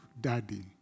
Daddy